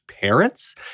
parents